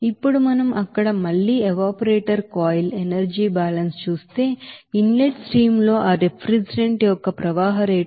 ఇప్పుడు మనం అక్కడ మళ్ళీ ఎవాపరేటర్ కాయిల్ ఎనర్జీ బ్యాలెన్స్ చేస్తే ఇన్ లెట్ స్ట్రీమ్ ల్లో ఆ రిఫ్రిజిరెంట్ యొక్క ప్రవాహ రేటు నిమిషానికి 18